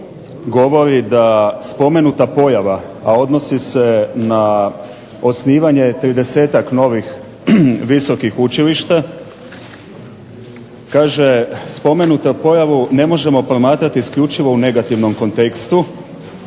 govori da spomenuta pojava, a odnosi se na osnivanje 30-ak novih visokih učilišta, kaže spomenutu pojavu ne možemo promatrati isključivo u negativnom kontekstu,